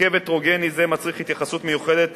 הרכב הטרוגני זה מצריך התייחסות מיוחדת